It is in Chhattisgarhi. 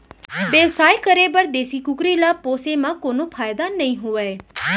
बेवसाय करे बर देसी कुकरी ल पोसे म कोनो फायदा नइ होवय